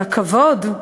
על הכבוד?